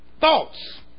Thoughts